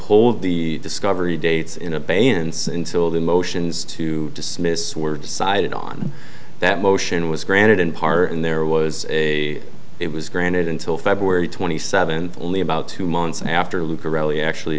hold the discovery dates in abeyance until the motions to dismiss were decided on that motion was granted in part and there was a it was granted until february twenty seventh only about two months after luke ereli actually